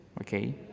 okay